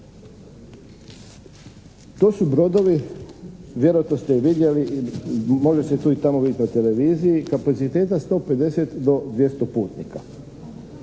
To su brodovi, vjerojatno ste vidjeli i može se tu i tamo vidjeti na televiziji, kapaciteta 150 do 200 putnika.